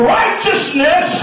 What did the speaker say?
righteousness